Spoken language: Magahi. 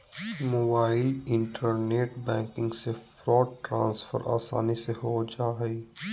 मोबाईल इन्टरनेट बैंकिंग से फंड ट्रान्सफर आसानी से हो जा हइ